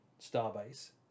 starbase